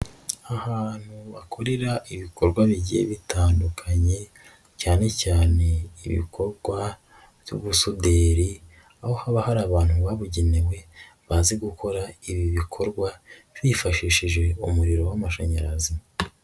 Ahantu bakorera ibikorwa bigiye bitandukanye cyane cyane ibikorwa by'ubusuderi, aho haba hari abantu babugenewe bazi gukora ibi bikorwa, bifashishije umuriro w'amashanyarazi.